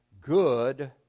good